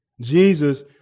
Jesus